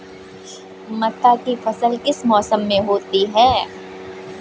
मक्का की फसल किस मौसम में होती है?